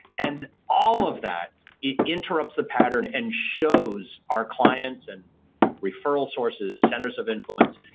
and all of that it interrupts the pattern and shows our clients and referral sources, centers of influence,